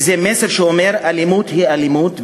וזה מסר שאומר שאלימות היא אלימות,